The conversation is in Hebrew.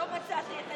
לא מצאתי את הדרך בתוך,